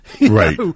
Right